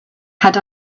had